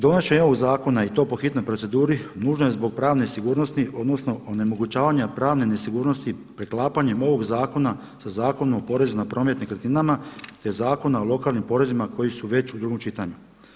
Donošenje ovog zakona i to po hitnoj proceduri, nužno je zbog pravne sigurnosti odnosno onemogućavanja pravne nesigurnosti preklapanjem ovog zakona sa Zakonom o porezu na promet nekretninama, te Zakona o lokalnim porezima koji su već u drugom čitanju.